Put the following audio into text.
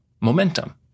momentum